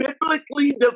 biblically